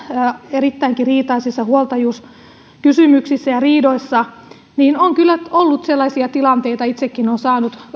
erittäinkin riitaisissa huoltajuuskysymyksissä ja riidoissa on kyllä ollut sellaisia tilanteita itsekin olen saanut sellaisia